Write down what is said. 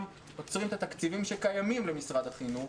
עוצרים את התקציבים שקיימים למשרד החינוך.